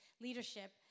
leadership